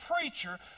preacher